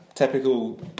Typical